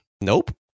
Nope